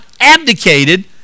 abdicated